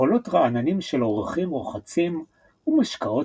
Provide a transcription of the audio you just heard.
קולות רעננים של אורחים רוחצים ומשקאות